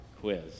quiz